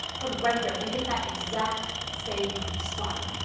perfect, right there. hit that exact same spot.